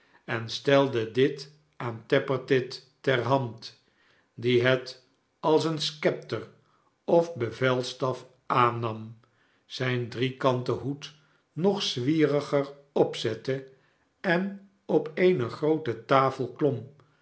en stelde dit aan tappertit ter hand die het als een schepter of bevelstafaannam zijn driekanten hoed nog zwieriger opzette en op eene groote taiel klom